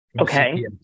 Okay